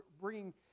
bringing